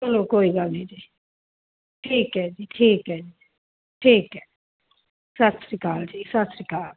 ਚੱਲੋ ਕੋਈ ਗੱਲ ਨਹੀਂ ਜੀ ਠੀਕ ਹੈ ਜੀ ਠੀਕ ਹੈ ਠੀਕ ਹੈ ਸਤਿ ਸ਼੍ਰੀ ਅਕਾਲ ਜੀ ਸਤਿ ਸ਼੍ਰੀ ਅਕਾਲ